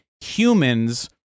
humans